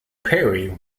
perry